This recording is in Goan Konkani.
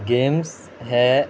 गेम्स हे